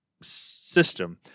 system